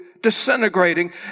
disintegrating